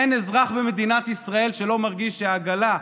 אין אזרח במדינת ישראל שלא מרגיש שהעגלה,